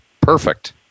perfect